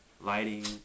lighting